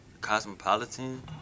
Cosmopolitan